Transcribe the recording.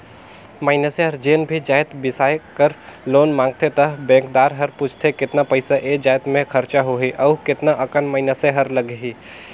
मइनसे हर जेन भी जाएत बिसाए बर लोन मांगथे त बेंकदार हर पूछथे केतना पइसा ए जाएत में खरचा होही अउ केतना अकन मइनसे हर लगाही